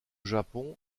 japon